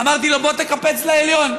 אמרתי לו: בוא תקפץ לעליון.